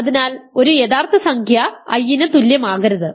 അതിനാൽ ഒരു യഥാർത്ഥ സംഖ്യ i ന് തുല്യമാകരുത്